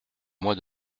mois